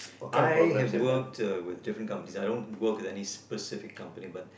I have worked uh with different company I don't work with specific company but